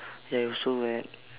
ya he was so mad